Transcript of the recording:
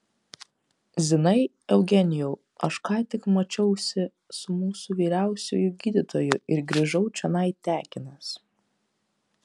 zinai eugenijau aš ką tik mačiausi su mūsų vyriausiuoju gydytoju ir grįžau čionai tekinas